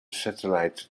satellite